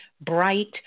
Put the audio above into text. bright